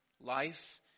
life